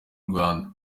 rwanda